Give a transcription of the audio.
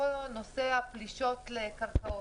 כמו נושא הפלישות לקרקעות.